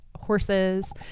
horses